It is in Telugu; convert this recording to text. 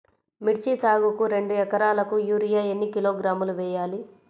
మిర్చి సాగుకు రెండు ఏకరాలకు యూరియా ఏన్ని కిలోగ్రాములు వేయాలి?